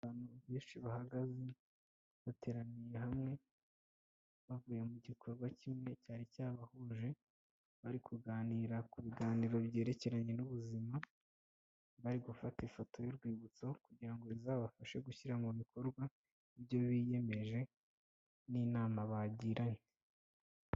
Abantu benshi bahagaze bateraniye hamwe bavuye mu gikorwa kimwe cyari cyabahuje bari kuganira ku biganiro byerekeranye n'ubuzima, bari gufata ifoto y'urwibutso kugira ngo bizabashe gushyira mu bikorwa ibyo biyemeje n'inama bagiranye.